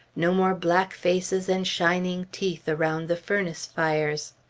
no more black faces and shining teeth around the furnace fires!